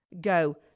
go